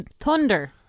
Thunder